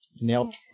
nailed